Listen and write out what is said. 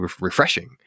refreshing